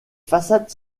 façades